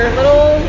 little